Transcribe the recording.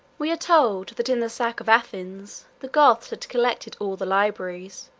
we are told, that in the sack of athens the goths had collected all the libraries,